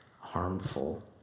harmful